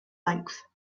length